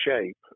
shape